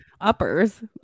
uppers